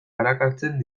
arakatzen